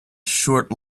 short